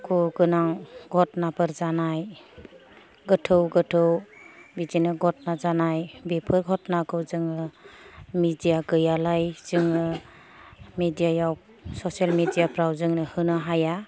दुखु गोनां घथनाफोर जानाय गोथौ गोथौ बिदिनो घथना जानाय बेफोर घथनाखौ जोङो मेडिया गैयालाय जोङो मेडियायाव ससियेल मेडिफ्राव जोंनो होनो हाया